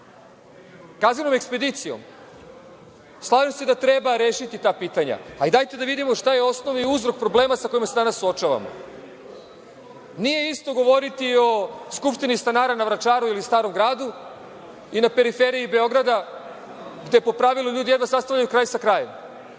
Kaznenom ekspedicijom? Slažem se da treba rešiti ta pitanja, ali dajte da vidimo šta je osnovni uzrok problema sa kojima se danas suočavamo. Nije isto govoriti o skupštini stanara na Vračaru ili Starom gradu i na periferiji Beogradu, gde po pravilu ljudi jedva sastavljaju kraj sa krajem.